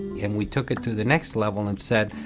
and we took it to the next level and said,